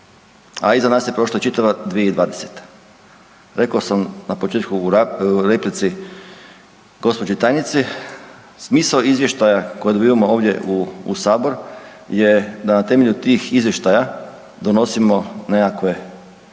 a iza nas je prošla čitava 2020. Rekao sam na početku u replici gospođi tajnici smisao izvještaja koje dobijamo ovdje u sabor je da na temelju tih izvještaja donosimo nekakve